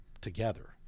together